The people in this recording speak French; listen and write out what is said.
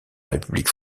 république